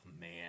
man